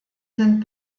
sind